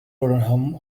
tottenham